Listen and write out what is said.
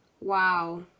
Wow